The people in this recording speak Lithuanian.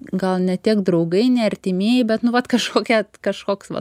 gal ne tiek draugai ne artimieji bet nu vat kažkokia kažkoks va